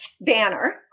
banner